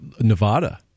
Nevada